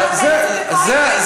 אתה נותן את זה, זה הליבה.